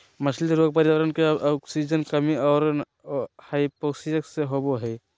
मछली रोग पर्यावरण मे आक्सीजन कमी और हाइपोक्सिया से होबे हइ